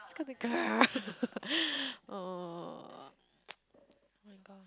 it's gonna grrr ugh [oh]-my-god